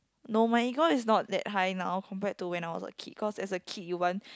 no my ego is not that high now compared to when I was a kid cause as a kid you want